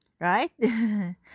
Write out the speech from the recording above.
right